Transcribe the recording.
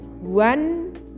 one